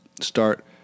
start